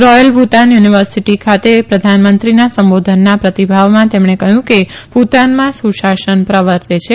royal Bhutan University ખાતે પ્રધાનમંત્રીના સંબોધનના પ્રતિભાવમાં તેમણે કહ્યું કે ભૂતાનમાં સુશાસન પ્રવર્તે છે